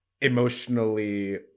emotionally